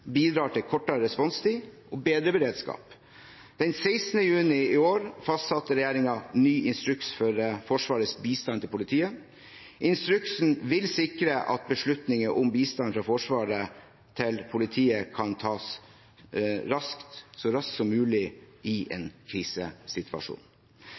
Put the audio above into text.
bidrar til kortere responstid og bedre beredskap. Den 16. juni i år fastsatte regjeringen ny instruks for Forsvarets bistand til politiet. Instruksen vil sikre at beslutninger om bistand fra Forsvaret til politiet kan tas så raskt som mulig i